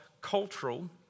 cultural